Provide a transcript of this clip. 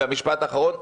ומשפט אחרון,